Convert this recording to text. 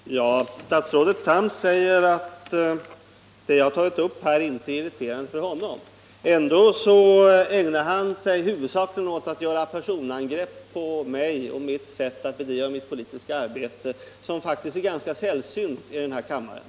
Herr talman! Statsrådet Tham säger att det jag har tagit upp här inte är irriterande för honom. Ändå ägnar han sig huvudsakligen åt att göra personangrepp på mig och mitt sätt att bedriva politiskt arbete, något som faktiskt är ganska sällsynt i den här kammaren.